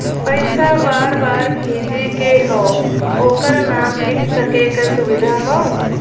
पइसा बार बार भेजे के हौ ओकर नाम लिख सके क सुविधा हौ